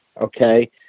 okay